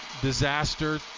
disaster